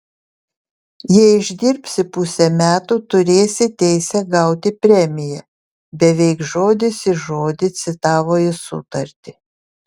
jei išdirbsi pusę metų turėsi teisę gauti premiją beveik žodis į žodį citavo jis sutartį